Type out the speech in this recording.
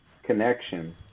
connection